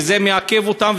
וזה מעכב אותם,